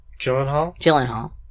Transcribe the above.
Gyllenhaal